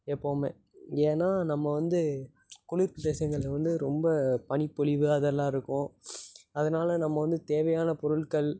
எப்பவுமே ஏன்னால் நம்ம வந்து குளிர் பிரதேசங்களில் வந்து ரொம்ப பனி பொழிவு அதெல்லாம் இருக்கும் அதனால நம்ம வந்து தேவையான பொருட்கள்